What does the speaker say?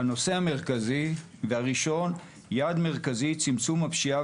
הנושא המרכזי והיעד הראשון הוא צמצום הפשיעה